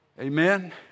Amen